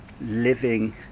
living